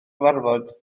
cyfarfod